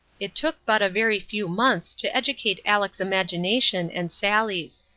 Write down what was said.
it took but a very few months to educate aleck's imagination and sally's.